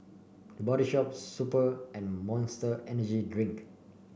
The Body Shop Super and Monster Energy Drink